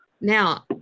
Now